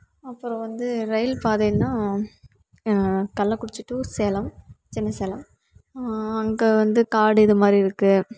அப்புறம் வந்து ரயில் பாதைன்னா கள்ளக்குறிச்சி டு சேலம் சின்ன சேலம் அங்கே வந்து காடு இதுமாதிரி இருக்கு